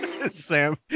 Sam